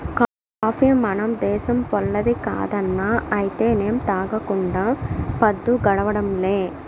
coffee మన దేశంపోల్లది కాదన్నా అయితేనేం తాగకుండా పద్దు గడవడంలే